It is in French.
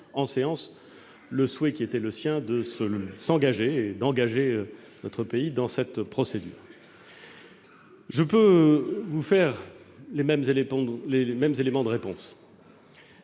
en séance publique la volonté qui était la sienne de s'engager- et d'engager notre pays -dans cette procédure. Je peux vous apporter les mêmes éléments de réponse.